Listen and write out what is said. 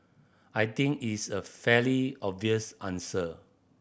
I think is a fairly obvious answer